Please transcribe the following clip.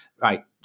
Right